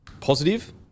positive